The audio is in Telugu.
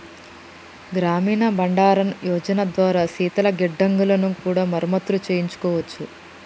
గ్రామీణ బండారన్ యోజన ద్వారా శీతల గిడ్డంగులను కూడా మరమత్తులు చేయించుకోవచ్చు